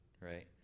right